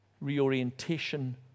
reorientation